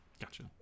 Gotcha